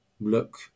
look